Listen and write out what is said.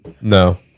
No